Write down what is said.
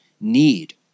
need